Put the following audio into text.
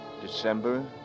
December